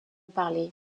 parlée